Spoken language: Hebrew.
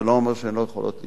זה לא אומר שהן לא יכולות לטעות,